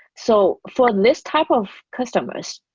so for this type of customers,